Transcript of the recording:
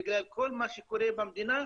בגלל כל מה שקורה במדינה,